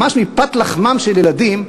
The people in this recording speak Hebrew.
ממש מפת לחמם של ילדים,